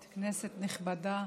יו"רית נכבדת, כנסת נכבדה,